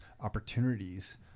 opportunities